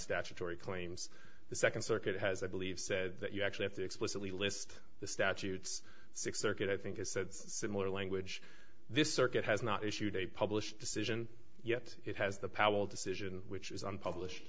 statutory claims the second circuit has i believe said that you actually have to explicitly list the statutes six circuit i think it said similar language this circuit has not issued a published decision yet it has the powell decision which is unpublished